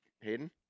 Hayden